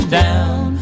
down